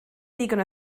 ddigon